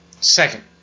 Second